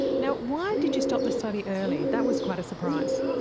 now why did you stop the study early? that was quite a surprise.